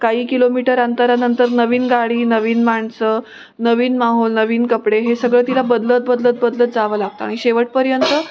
काही किलोमीटर अंतरानंतर नवीन गाडी नवीन माणसं नवीन माहौल नवीन कपडे हे सगळं तिला बदलत बदलत बदलत जावं लागतं आणि शेवटपर्यंत